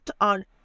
on